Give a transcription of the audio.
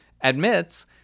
admits